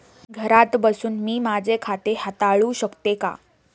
घरात बसून मी माझे खाते हाताळू शकते का?